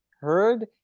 heard